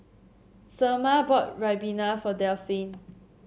Selma bought Ribena for Delphine